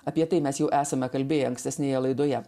apie tai mes jau esame kalbėję ankstesnėje laidoje